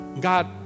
God